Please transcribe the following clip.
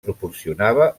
proporcionava